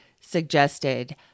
suggested